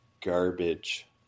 Garbage